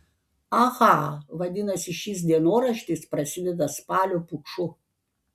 aha vadinasi šis dienoraštis prasideda spalio puču